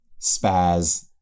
spaz